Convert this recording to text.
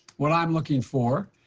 what i'm looking for,